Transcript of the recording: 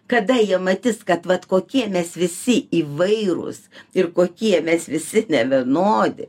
kada jie matys kad vat kokie mes visi įvairūs ir kokie mes visi nevienodi